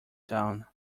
down